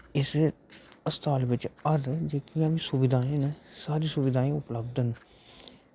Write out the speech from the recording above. इस अस्पताल बिच हर जेह्कियां न सुविधां न सारियां सुविधां उपलब्ध न